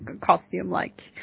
costume-like